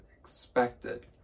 expected